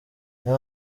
niyo